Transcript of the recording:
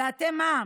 ואתם מה?